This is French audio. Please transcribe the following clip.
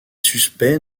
suspects